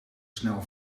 snel